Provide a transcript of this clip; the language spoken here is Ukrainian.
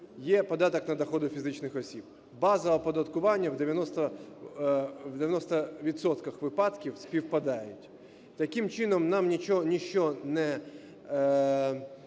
є податок на доходи фізичних осіб, база оподаткування в 90 відсотках випадків співпадають. Таким чином, нам ніщо не